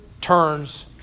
turns